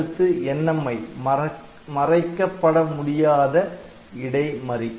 அடுத்து NMI மறைக்கப்பட முடியாத இடைமறி